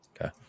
Okay